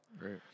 Right